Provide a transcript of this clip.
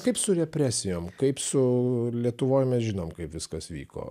kaip su represijom kaip su lietuvoj mes žinom kaip viskas vyko